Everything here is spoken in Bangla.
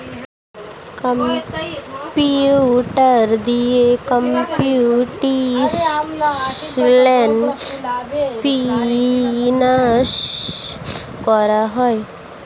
কম্পিউটার দিয়ে কম্পিউটেশনাল ফিনান্স করা হয়